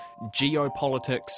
geopolitics